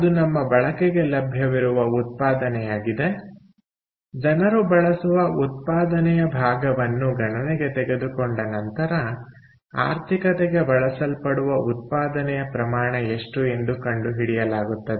ಅದು ನಮ್ಮ ಬಳಕೆಗೆ ಲಭ್ಯವಿರುವ ಉತ್ಪಾದನೆಯಾಗಿದೆ ಜನರು ಬಳಸುವ ಉತ್ಪಾದನೆಯ ಭಾಗವನ್ನು ಗಣನೆಗೆ ತೆಗೆದುಕೊಂಡ ನಂತರ ಆರ್ಥಿಕತೆಗೆ ಬಳಸಲ್ಪಡುವ ಉತ್ಪಾದನೆಯ ಪ್ರಮಾಣ ಎಷ್ಟು ಎಂದು ಕಂಡುಹಿಡಿಯಲಾಗುತ್ತದೆ